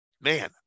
Man